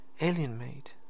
alien-made